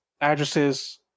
addresses